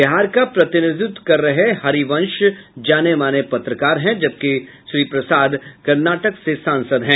बिहार का प्रतिनिधित्व कर रहे श्री हरिवंश जानेमाने पत्रकार हैं जबकि श्री प्रसाद कर्नाटक से सांसद हैं